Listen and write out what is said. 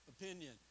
opinion